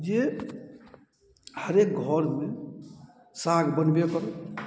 जे हरेक घरमे साग बनबे करत